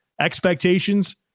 expectations